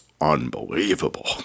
unbelievable